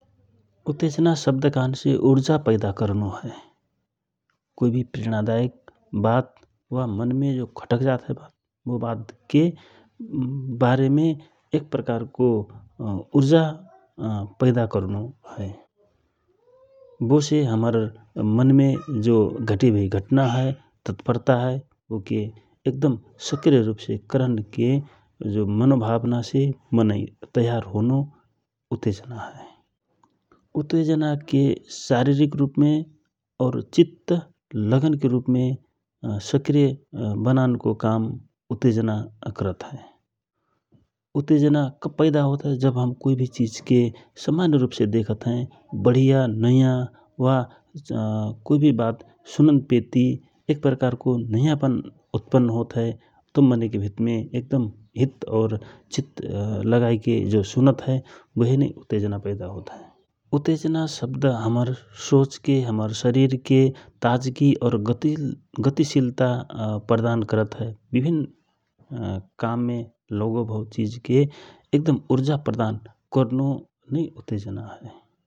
उतेजना शब्द कहनसे उर्जा पैदा करनो हए कोइ भि प्रेणादायक बात वा मनमे जो खटक जात हए बो बात के बारेमे एक प्रकारको उर्जा पैदा करनो हए बो से हमर मनमे घटी भइ घटाना हए ततप्रता हए बो के एक दम सक्रिय रूपसे करन के जो मनो भावना से मनै तयार होनो उतेजना हए । उतेजना के शरिरक रूपमे और चित्त लगन के रूपमे सक्रिय बनानको काम उतेजना करत हए । उतेजना कब पैदा होत हए जब हम कोइ भि चिज के समान्य रूपसे देखत हए बढिया नयाँ वा कोइ भि वात सुनन पेती एक प्रकारको नयाँ पन उत्पन्न होत हए तव मनैक मनमे हित औ चित लगाएके सुनत हए बहेनै उतेजना पैदा होत हए । उतेजना शब्द हमर सोचके हमर शरिरके ताजगि और गतिशिलता प्रदान करत हए विभिन्न काममे लौ भव चिजके एकदम उर्जा प्रदान करनो नै उतेजना हए ।